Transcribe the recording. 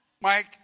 Mike